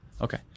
Okay